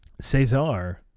Cesar